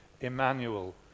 Emmanuel